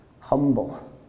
humble